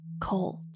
cold